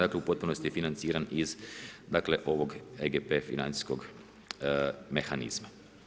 Dakle, u potpunosti je financiran iz ovog EGP financijskog mehanizma.